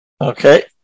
Okay